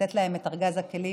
לתת להם את ארגז הכלים.